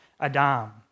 Adam